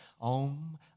Om